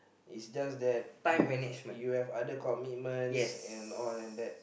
it's just that you have you have other commitments and all and that